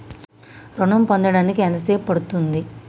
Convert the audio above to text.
ఋణం పొందడానికి ఎంత సేపు పడ్తుంది?